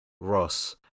Ross